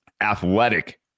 athletic